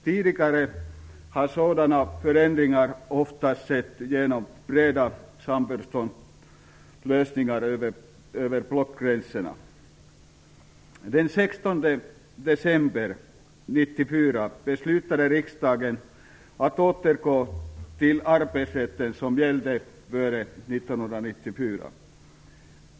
Tidigare har sådana förändringar ofta skett genom breda samförståndslösningar över blockgränserna. Den 16 december 1994 beslutade riksdagen att återgå till den arbetsrätt som gällde före 1994.